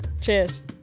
cheers